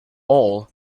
all